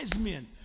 men